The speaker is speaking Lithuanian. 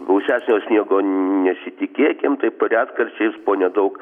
gausesnio sniego nesitikėkim taip po retkarčiais po nedaug